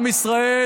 עם ישראל